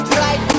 right